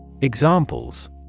Examples